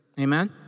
Amen